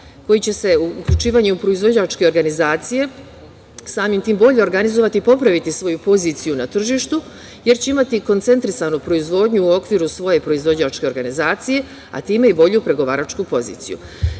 koji će se uključivanjem u proizvođačke organizacije samim tim bolje organizovati i popraviti svoju poziciju na tržištu, jer će imati koncentrisanu proizvodnju u okviru svoje proizvođačke organizacije, a time i bolju pregovaračku poziciju. Smatram